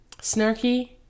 snarky